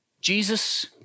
Jesus